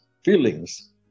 feelings